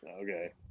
Okay